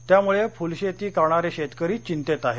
त्यामुळे फुल शेती करणारे शेतकरी चिंतेत आहेत